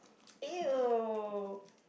!eww!